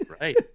right